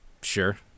Sure